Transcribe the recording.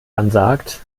ansagt